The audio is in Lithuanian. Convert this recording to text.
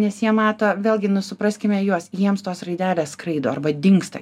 nes jie mato vėlgi supraskime juos jiems tos raidelės skraido arba dingsta